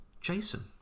Jason